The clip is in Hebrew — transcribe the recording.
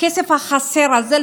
הכסף החסר הזה.